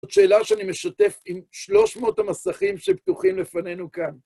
זאת שאלה שאני משתף עם 300 המסכים שפתוחים לפנינו כאן.